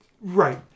Right